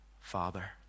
Father